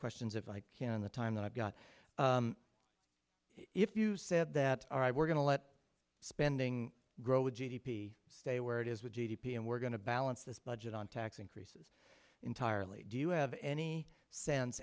questions if i can the time that i've got if you said that all right we're going to let spending grow with g d p stay where it is with g d p and we're going to balance this budget on tax increases entirely do you have any sense